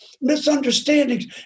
misunderstandings